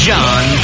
John